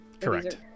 Correct